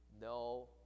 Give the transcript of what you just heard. No